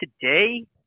today